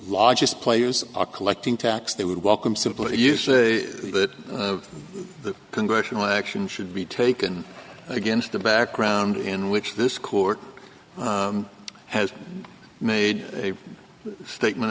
largest players are collecting tax they would welcome simply you say that the congressional action should be taken against a background in which this court has made a statement